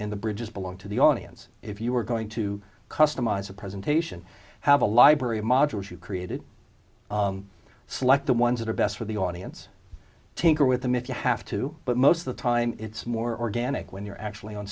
and the bridges belong to the audience if you are going to customize a presentation have a library of modules you've created select the ones that are best for the audience tinker with them if you have to but most of the time it's more organic when you're actually on